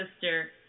sister